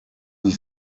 wie